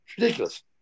Ridiculous